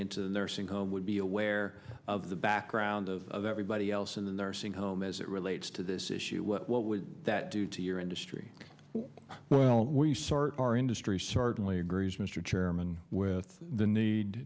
into the nursing home would be aware of the background of everybody else in the nursing home as it relates to this issue what would that do to your industry well we sort our industry certainly agrees mr chairman with the need